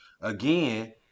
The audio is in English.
again